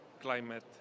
climate